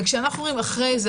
וכשאנחנו רואים שאחרי זה,